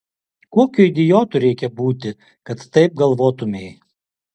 kokiu idiotu reikia būti kad taip galvotumei